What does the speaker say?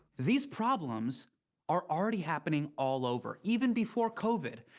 these problems are already happening all over. even before covid,